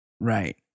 Right